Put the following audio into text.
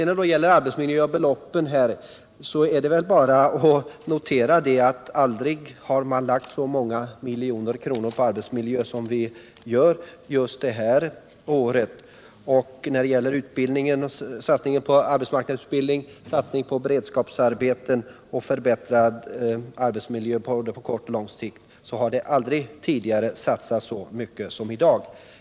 När det gäller arbetsmiljön och beloppen är det bara att notera att aldrig har man lagt så många miljoner på arbetsmiljö som vi gör just det här året. Satsningen på arbetsmarknadsutbildning, beredskapsarbeten och förbättrad arbetsmiljö på kort och lång sikt har aldrig tidigare varit så stor som i dag.